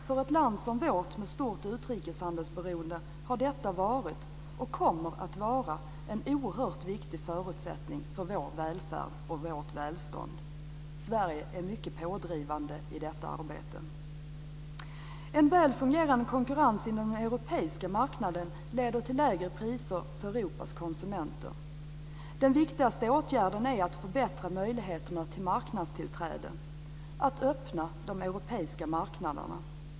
För ett land som vårt med stort utrikeshandelsberoende har det varit och kommer att vara en oerhört viktig förutsättning för vår välfärd och vårt välstånd. Sverige är mycket pådrivande i detta arbete. En väl fungerande konkurrens inom den europeiska marknaden leder till lägre priser för Europas konsumenter. Den viktigaste åtgärden är att förbättra möjligheterna till marknadstillträde, att öppna de europeiska marknaderna.